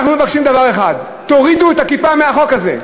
אנחנו מבקשים דבר אחד: תורידו את הכיפה מהחוק הזה.